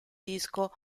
disco